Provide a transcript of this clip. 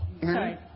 Sorry